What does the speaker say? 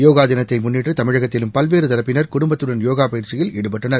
போகா தினத்தை முன்னிட்டு தமிழகத்திலும் பல்வேறு தரப்பினர் குடும்பத்துடன் யோகா பயிற்சியில் ஈடுபட்டனர்